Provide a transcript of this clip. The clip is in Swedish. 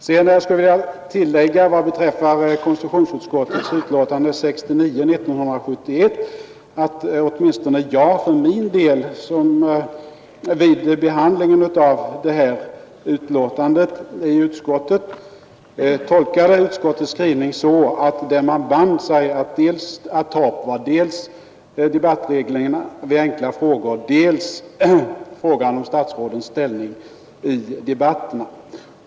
Sedan vill jag tillägga, vad beträffar konstitutionsutskottets betänkande nr 69 år 1971, att jag för min del vid utskottsbehandlingen tolkade utskottets skrivning så, att man band sig för att med förtur ta upp dels debattreglerna vid besvarandet av enkla frågor, dels frågan om statsrådens ställning i debatterna.